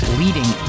leading